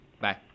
Bye